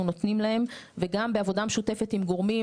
נותנים להם וגם בעבודה משותפת עם גורמים,